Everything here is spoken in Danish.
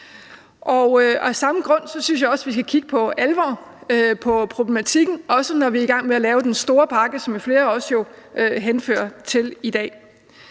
Og af samme grund synes jeg også, at vi for alvor skal kigge på problematikken, også når vi er i gang med at lave den store pakke, som flere jo også henviser til i dag.